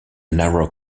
narrow